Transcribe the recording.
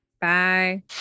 Bye